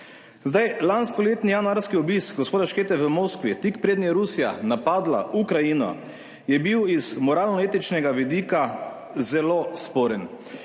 Lanskoletni januarski obisk gospoda Škete v Moskvi, tik preden je Rusija napadla Ukrajino, je bil iz moralno-etičnega vidika zelo sporen.